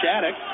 Shattuck